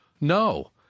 No